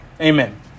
amen